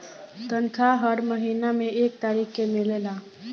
तनखाह हर महीना में एक तारीख के मिलेला